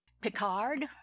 Picard